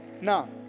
Now